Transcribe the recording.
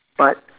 but